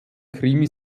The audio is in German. krimi